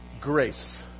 grace